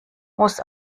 muss